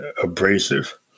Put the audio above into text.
abrasive